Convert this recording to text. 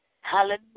Hallelujah